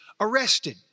arrested